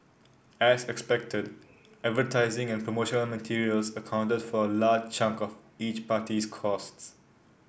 as expected advertising and promotional materials accounted for a large chunk of each party's costs